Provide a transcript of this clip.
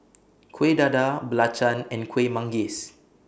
Kueh Dadar Belacan and Kuih Manggis